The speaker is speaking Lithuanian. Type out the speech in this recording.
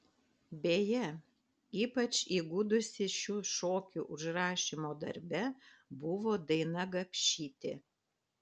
beje ypač įgudusi šių šokių užrašymo darbe buvo daina gapšytė